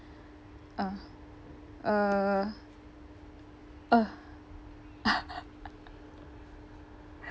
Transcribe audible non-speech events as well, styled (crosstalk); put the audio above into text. uh uh uh (laughs)